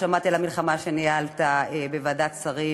שמעתי על המלחמה שניהלת בוועדת שרים,